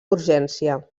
urgència